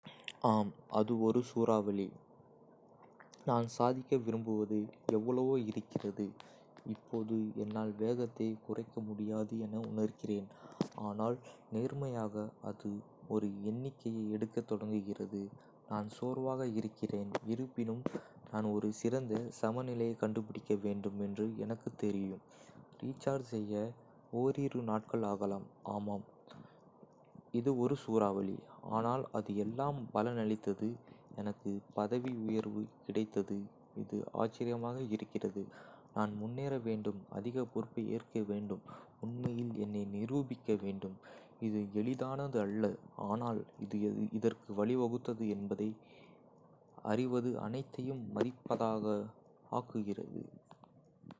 ஆம், அது ஒரு சூறாவளி. நான் சாதிக்க விரும்புவது எவ்வளவோ இருக்கிறது, இப்போது என்னால் வேகத்தைக் குறைக்க முடியாது என உணர்கிறேன். ஆனால் நேர்மையாக, அது ஒரு எண்ணிக்கையை எடுக்கத் தொடங்குகிறது - நான் சோர்வாக இருக்கிறேன். இருப்பினும், நான் ஒரு சிறந்த சமநிலையைக் கண்டுபிடிக்க வேண்டும் என்று எனக்குத் தெரியும். ரீசார்ஜ் செய்ய ஓரிரு நாட்கள் ஆகலாம் ஆமாம், இது ஒரு சூறாவளி, ஆனால் அது எல்லாம் பலனளித்தது-எனக்கு பதவி உயர்வு கிடைத்தது இது ஆச்சரியமாக இருக்கிறது. நான் முன்னேற வேண்டும், அதிக பொறுப்பை ஏற்க வேண்டும், உண்மையில் என்னை நிரூபிக்க வேண்டும். இது எளிதானது அல்ல, ஆனால் இது இதற்கு வழிவகுத்தது என்பதை அறிவது அனைத்தையும் மதிப்பதாக ஆக்குகிறது.